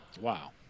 wow